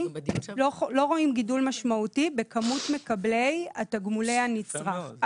לא רואים גידול משמעותי בכמות מקבלי תגמולי הנצרך,